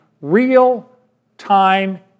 real-time